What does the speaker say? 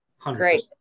Great